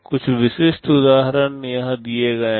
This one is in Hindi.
कुछ विशिष्ट उदाहरण यहाँ दिए गए हैं